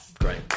great